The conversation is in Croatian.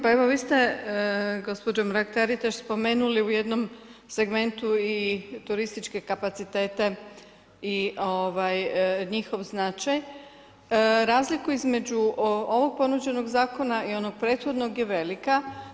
Pa evo vi ste gospođo Mrak-Taritaš spomenuli u jednom segmentu i turističke kapacitete i njihov značaj, razliku između ovog ponuđenog zakona i onog prethodnog je velika.